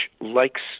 likes